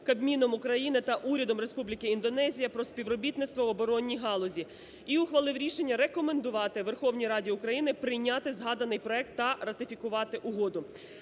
Кабміном України та Урядом Республіки Індонезія про співробітництво в оборонній галузі. І ухвалив рішення рекомендувати Верховній Раді України прийняти згаданий проект та ратифікувати Угоду.